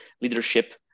leadership